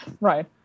right